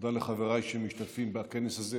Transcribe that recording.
תודה לחבריי שמשתתפים בכנס הזה